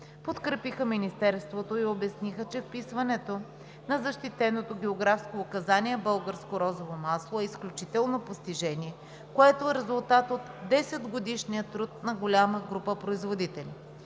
подкрепиха Министерството и обясниха, че вписването на защитеното географско указание „Българско розово масло“ е изключително постижение, което е резултат от десетгодишния труд на голяма група производители.